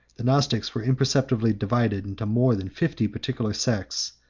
the gnostics were imperceptibly divided into more than fifty particular sects,